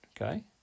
okay